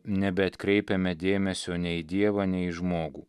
nebeatkreipiame dėmesio nei į dievą nei į žmogų